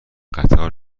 قطار